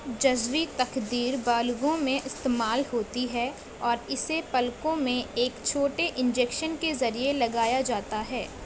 جزوی تخدیر بالغوں میں استعمال ہوتی ہے اور اسے پلکوں میں ایک چھوٹے انجیکشن کے ذریعے لگایا جاتا ہے